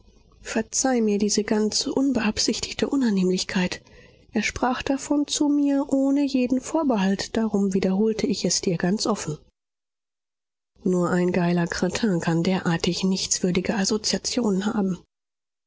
verzeih mir diese ganz unbeabsichtigte unannehmlichkeit er sprach davon zu mir ohne jeden vorbehalt darum wiederholte ich es dir ganz offen nur ein geiler kretin kann derartig nichtswürdige assoziationen haben